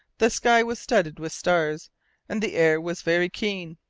the sky was studded with stars and the air was very keen.